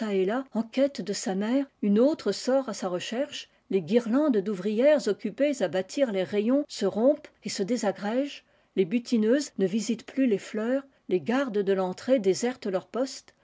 en quête de sa mère une autre sort à sa hcrche les guirlandes d'ouvrières occupées à bâtir les rayons se rompent et se désagrègent les butineuses ne visilent plus les fleurs les gardes de tcntrée désertent leur poste